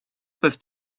peuvent